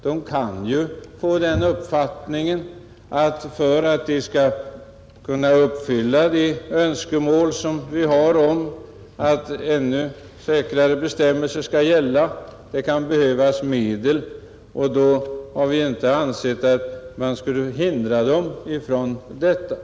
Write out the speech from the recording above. Man kan ju komma till den uppfattningen att Boxningsförbundet behöver medel för att kunna uppfylla de önskemål som vi har om ännu bättre säkerhetsbestämmelser, och då har vi inte ansett att man skall hindras från att lämna anslag.